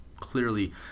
clearly